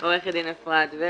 אני עורכת דין אפרת ורד,